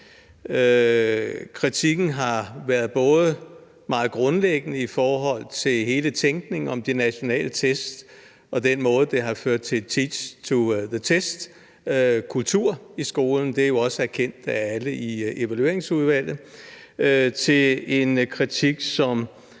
Kritikken har været både meget grundlæggende i forhold til hele tænkningen om de nationale test og den måde, det har ført til en teaching to the test-kultur. Det er jo også erkendt af alle i evalueringsudvalget. Det er en kritik, som